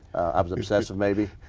i was obsessive maybe.